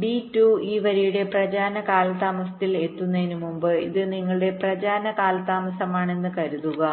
D 2 ഈ വരിയുടെ പ്രചാരണ കാലതാമസത്തിൽ എത്തുന്നതിനുമുമ്പ് ഇത് നിങ്ങളുടെ പ്രചാരണ കാലതാമസമാണെന്ന് കരുതുക